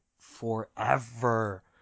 forever